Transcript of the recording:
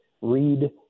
read